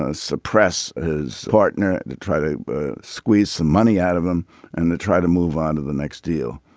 ah suppress his partner and to try to squeeze some money out of him and to try to move on to the next deal.